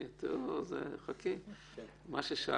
לאתר הוועדה הנוסח המעודכן עם תיקונים ושינויים.